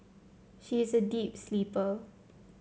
she is a deep sleeper